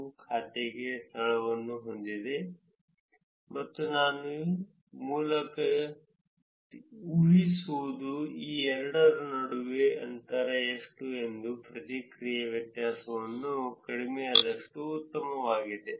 ಮತ್ತು ನಾವು ನನ್ನ ಖಾತೆಗೆ PK ಪೊಂಗುರು ಖಾತೆಗೆ ಸ್ಥಳವನ್ನು ಹೊಂದಿದ್ದೇವೆ ಮತ್ತು ನಾನು ಮೂಲಕ ಊಹಿಸಿದೆವು ಈ ಎರಡರ ನಡುವಿನ ಅಂತರ ಎಷ್ಟು ಎಂದು ಪ್ರಕ್ರಿಯೆಯ ವ್ಯತ್ಯಾಸವು ಕಡಿಮೆಯಾದಷ್ಟೂ ಉತ್ತಮವಾಗಿದೆ